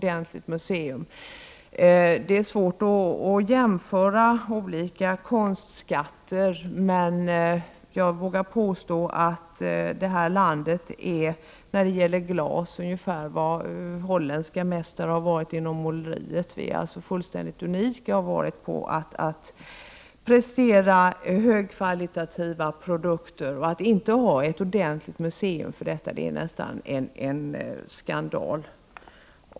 Det är svårt att jämföra olika konstskatter, men jag vågar påstå att vårt land när det gäller glas är ungefär vad Holland har varit inom måleriet. Vi är fullständigt unika på att göra högkvalitativa glasprodukter. Att inte ha ett ordentligt glasmuseum är nästan en skandal.